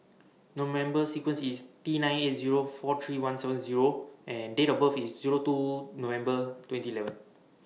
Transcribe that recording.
No member sequence IS T nine eight Zero four three one seven Zero and Date of birth IS Zero two November twenty eleven